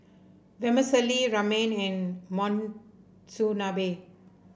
Vermicelli Ramen and Monsunabe